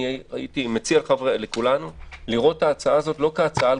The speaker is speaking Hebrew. אני מציע לכולנו לראות את ההצעה הזו לא כהצעה על